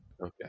okay